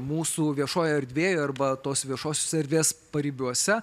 mūsų viešojoj erdvėj arba tos viešosios erdvės paribiuose